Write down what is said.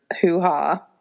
hoo-ha